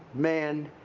man,